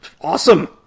awesome